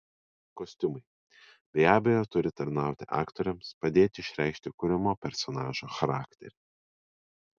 kostiumai be abejo turi tarnauti aktoriams padėti išreikšti kuriamo personažo charakterį